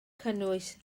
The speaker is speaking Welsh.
cynnwys